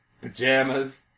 pajamas